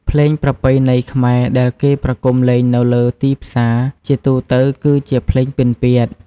ភ្លេងប្រពៃណីខ្មែរដែលគេប្រគុំលេងនៅលើ ទីផ្សារ ជាទូទៅគឺជា ភ្លេងពិណពាទ្យ។